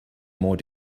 more